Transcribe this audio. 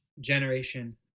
Generation